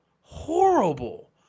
Horrible